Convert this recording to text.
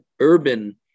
urban